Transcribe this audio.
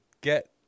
get